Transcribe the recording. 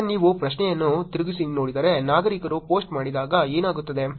ಈಗ ನೀವು ಪ್ರಶ್ನೆಯನ್ನು ತಿರುಗಿಸಿ ನೋಡಿದರೆ ನಾಗರಿಕರು ಪೋಸ್ಟ್ ಮಾಡಿದಾಗ ಏನಾಗುತ್ತದೆ